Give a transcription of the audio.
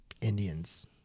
Indians